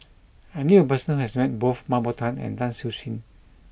I knew a person who has met both Mah Bow Tan and Tan Siew Sin